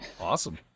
Awesome